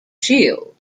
shield